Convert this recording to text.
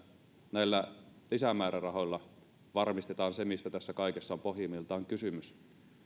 näillä lisämäärärahoilla varmistetaan se mistä kaikesta tässä on pohjimmiltaan kysymys